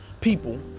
people